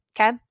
Okay